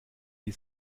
die